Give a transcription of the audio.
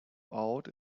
out